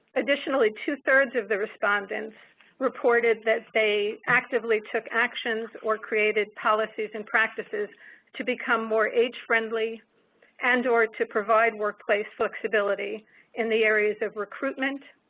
additionally, two thirds of the respondents reported that they actively took actions or created policies and practices to become more age friendly and or to provide workplace flexibility in the areas of recruitment,